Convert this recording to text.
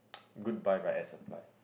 goodbye by Air Supply